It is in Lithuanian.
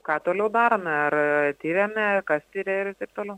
ką toliau darome ar tiriame kas tiria ir taip toliau